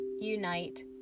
unite